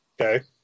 Okay